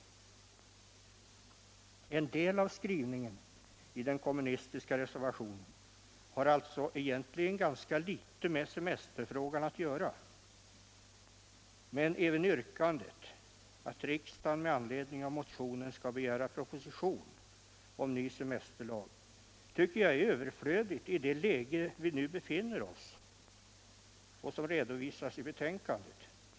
En del av skrivningen i den kommunistiska reservationen har alltså egentligen ganska litet med semesterfrågan att göra. Även yrkandet — att riksdagen med anledning av motionen skall begära proposition om ny semesterlag — tycker jag är överflödigt i det läge som vi nu befinner oss i och som redovisas i betänkandet.